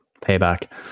Payback